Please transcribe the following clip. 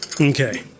Okay